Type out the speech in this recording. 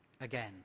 again